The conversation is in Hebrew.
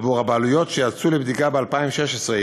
עבור הבעלויות שנבדקו ב-2016,